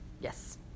Yes